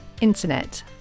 Internet